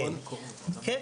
כן,